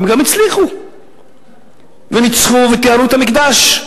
הם גם הצליחו וניצחו וטיהרו את המקדש.